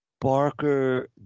Barker